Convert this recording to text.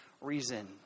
reason